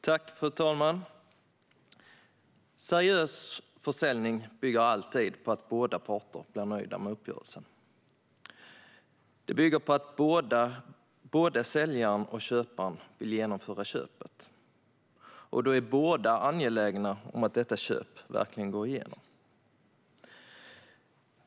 Fru talman! Seriös försäljning bygger alltid på att båda parter blir nöjda med uppgörelsen. Det bygger på att både säljaren och köparen vill genomföra köpet, och då är båda angelägna om att detta köp verkligen går igenom.